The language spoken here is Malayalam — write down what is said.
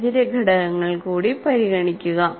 സാഹചര്യ ഘടകങ്ങൾ കൂടി പരിഗണിക്കുക